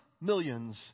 millions